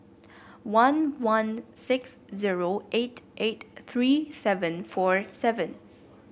one one six zero eight eight three seven four seven